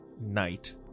night